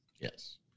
yes